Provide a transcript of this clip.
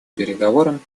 переговорам